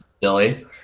Billy